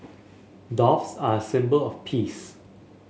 doves are a symbol of peace